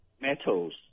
metals